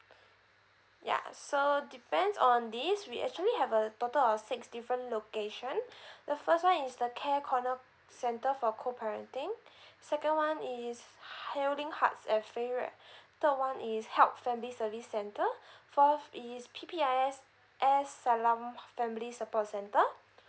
yeah so depends on this we actually have a total of six different location the first one is the care corner centre for co parenting second one is healing hearts at fei yue third one is help family service centre fourth is P_P_I_S as salam family support centre